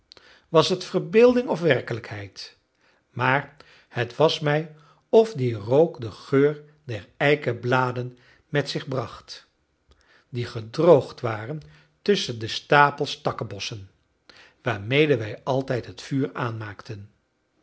was het verbeelding of werkelijkheid maar het was mij of die rook den geur der eikebladen met zich bracht die gedroogd waren tusschen de stapels takkenbossen waarmede wij altijd het vuur aanmaakten